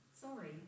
Sorry